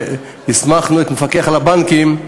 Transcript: והסמכנו את המפקח על הבנקים,